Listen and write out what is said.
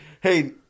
hey